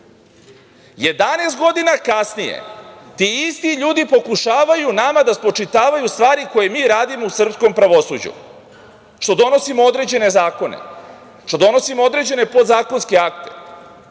godina kasnije ti isti ljudi pokušavaju nama da spočitavaju stvari koje mi radimo u srpskom pravosuđu, što donosimo određene zakone, što donosimo određene podzakonske akte. Oni